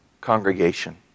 congregation